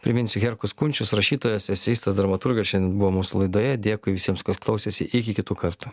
priminsiu herkus kunčius rašytojas eseistas dramaturgas šiandien buvo mūsų laidoje dėkui visiems kas klausėsi iki kitų kartų